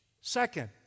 Second